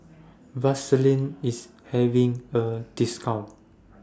Vaselin IS having A discount